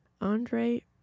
Andre